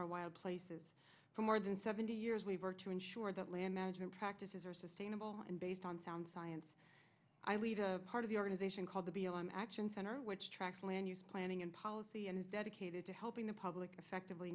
our wild places for more than seventy years we've worked to ensure that land management practices are sustainable and based on sound science i lead a part of the organization called the b l m action center which tracks land use planning and policy and dedicated to helping the public effectively